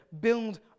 build